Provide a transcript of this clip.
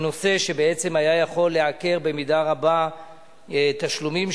אני רק רוצה להזכיר בהזדמנות זאת,